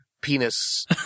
penis